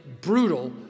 brutal